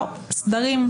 לא, סדרים.